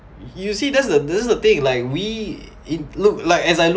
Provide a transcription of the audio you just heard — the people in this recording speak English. you see that's the that's the thing like we in look like as I look